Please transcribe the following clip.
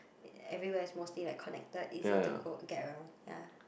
everywhere is mostly like connected easy to for get around ya